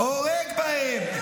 הורג בהם.